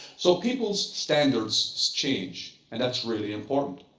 so people's standards change, and that's really important.